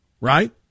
right